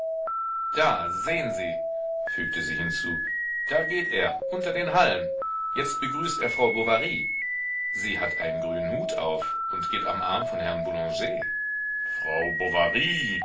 da sehen sie fügte sie hinzu da geht er unter den hallen jetzt begrüßt er frau bovary sie hat einen grünen hut auf und geht am arm von herrn boulanger frau